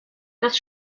das